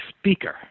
speaker